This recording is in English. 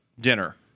dinner